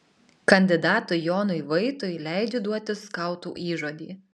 kandidatui jonui vaitui leidžiu duoti skautų įžodį